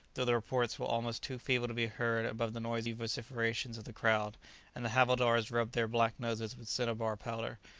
though the reports were almost too feeble to be heard above the noisy vociferations of the crowd and the havildars rubbed their black noses with cinnabar powder,